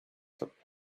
took